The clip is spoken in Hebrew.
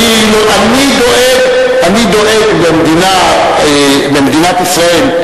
אני דואג למדינת ישראל,